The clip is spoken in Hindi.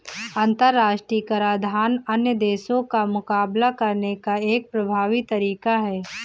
अंतर्राष्ट्रीय कराधान अन्य देशों का मुकाबला करने का एक प्रभावी तरीका है